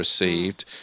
received